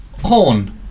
Horn